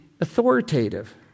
authoritative